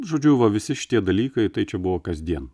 žodžiu va visi šitie dalykai tai čia buvo kasdien